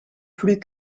plus